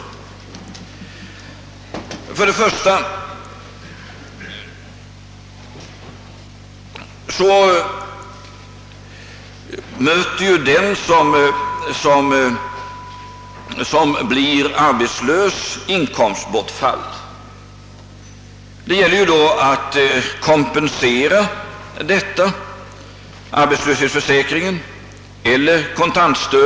Till att börja med drabbas ju den som blir arbetslös av inkomstbortfall. Det gäller då att kompensera detta genom arbetslöshetsför säkring och kontantstöd.